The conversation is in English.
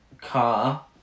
car